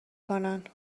کنن